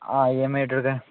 ആ E M I ആയിട്ടെടുക്കാൻ